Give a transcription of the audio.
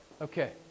Okay